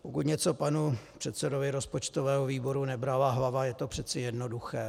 Pokud něco panu předsedovi rozpočtového výboru nebrala hlava, je to přeci jednoduché.